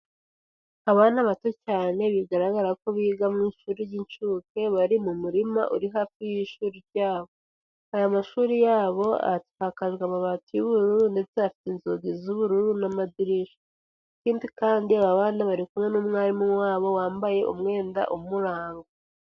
Abana bato cyane bigaragara ko biga mu ishuri ry'incuke bari mu murima uri hafi y'ishuri ryabo. Aya mashuri yabo asakajwe amabati y'ubururu ndetse afite inzugi z'ubururu n'amadirishya. Ikindi kandi aba bana bari kumwe n'umwarimu wabo wambaye umwenda umuranga.